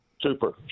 Super